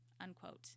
unquote